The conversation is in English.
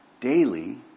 daily